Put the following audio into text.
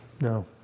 No